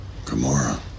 Gamora